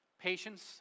Patience